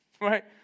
Right